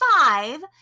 five